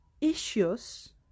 issues